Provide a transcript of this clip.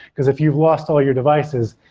because if you've lost all your devices,